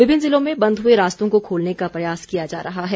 विभिन्न जिलों में बंद हुए रास्तों को खोलने का प्रयास किया जा रहा है